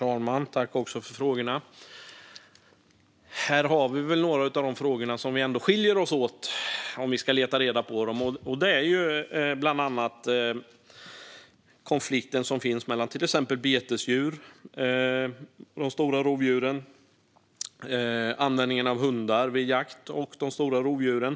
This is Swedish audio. Herr talman! Här har vi väl några av de frågor där våra åsikter skiljer sig åt, om vi nu ska leta reda på dem. Det handlar bland annat om konflikten mellan till exempel betesdjur och de stora rovdjuren, och mellan användningen av hundar vid jakt och de stora rovdjuren.